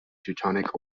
teutonic